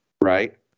Right